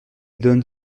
donne